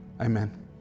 Amen